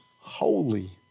holy